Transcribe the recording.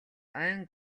ойн